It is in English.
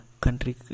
country